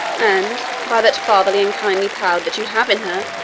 and by that fatherly and kindly power that you have in her,